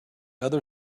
other